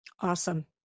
Awesome